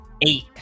eight